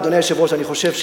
אדוני היושב-ראש, אני חושב,